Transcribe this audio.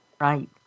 Right